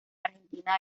argentina